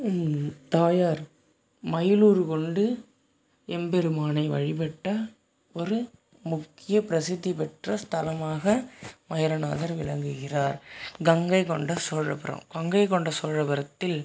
தாயார் மயில் உருவம் கொண்டு எம்பெருமானை வழிபட்ட ஒரு முக்கிய பிரஷித்தி பெற்ற ஸ்தலமாக மயூரநாதர் விளங்குகிறார் கங்கை கொண்ட சோழபுரம் கங்கை கொண்ட சோழபுரத்தில்